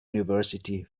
university